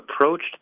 approached